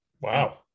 Wow